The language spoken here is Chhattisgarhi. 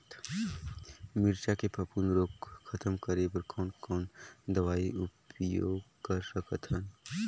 मिरचा के फफूंद रोग खतम करे बर कौन कौन दवई उपयोग कर सकत हन?